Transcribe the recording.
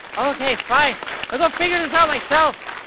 ok fine i'll go figure this out myself.